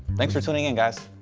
thanks for tuning in guys,